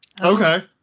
Okay